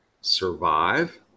survive